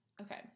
Okay